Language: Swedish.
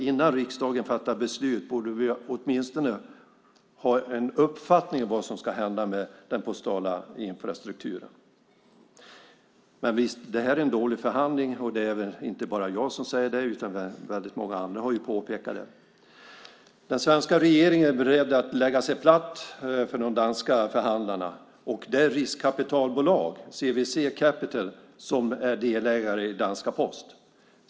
Innan riksdagen fattar beslut borde vi åtminstone ha en uppfattning om vad som ska hända med den postala infrastrukturen. Men visst är det en dålig förhandling. Det är inte bara jag som säger det, utan väldigt många andra har påpekat det. Den svenska regeringen är beredd att lägga sig platt för de danska förhandlarna och det riskkapitalbolag, CVC Capital Partners, som är delägare i Post Danmark A/S.